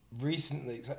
recently